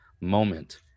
moment